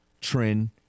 trend